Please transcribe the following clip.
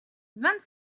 vingt